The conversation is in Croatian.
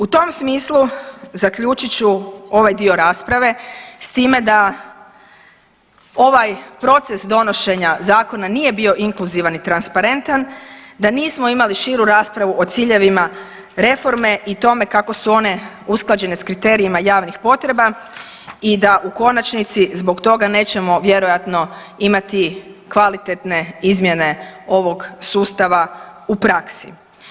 U tom smislu zaključit ću ovaj dio rasprave s time da ovaj proces donošenja zakona nije bio inkluzivan i transparentan, da nismo imali širu raspravu o ciljevima reforme i tome kako su one usklađene sa kriterijima javnih potreba i da u konačnici zbog toga nećemo vjerojatno imati kvalitetne izmjene ovog sustava u praksi.